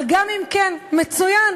אבל גם אם כן, מצוין.